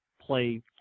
play